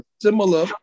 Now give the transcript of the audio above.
similar